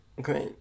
great